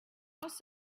house